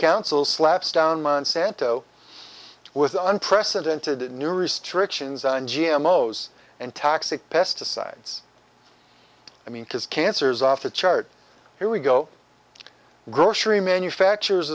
council slaps down monsanto with unprecedented new restrictions on g m o's and toxic pesticides i mean cause cancer is off the chart here we go grocery manufacturers